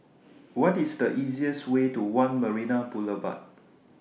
What IS The easiest Way to one Marina Boulevard